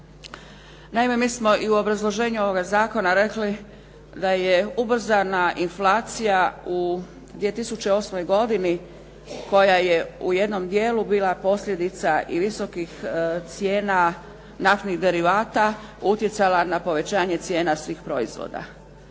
Naime mi smo i u obrazloženju ovoga zakona rekli da je ubrzana inflacija u 2008. godini koja je u jednom djelu bila posljedica i visokih cijena naftnih derivata, utjecala na povećanje cijena svih proizvoda.